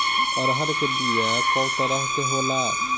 अरहर के बिया कौ तरह के होला?